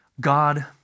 God